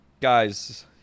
Guys